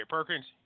Perkins